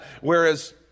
Whereas